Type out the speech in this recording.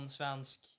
svensk